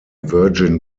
virgin